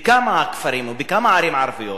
בכמה כפרים, בכמה ערים ערביות,